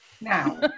Now